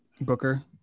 Booker